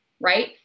right